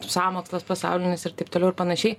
sąmokslas pasaulinis ir taip toliau ir panašiai